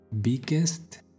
biggest